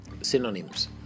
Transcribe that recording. synonyms